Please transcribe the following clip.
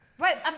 Right